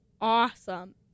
awesome